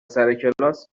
سرکلاس